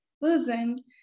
losing